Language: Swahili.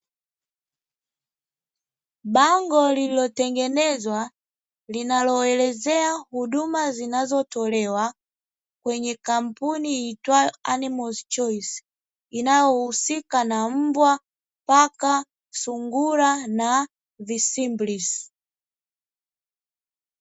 Bango lililotengenezwa linaloelezea huduma zinazotolewa kwenye kampuni iitwayo "animals choice", inayohusika na mbwa, paka, sungura na visimbilisi.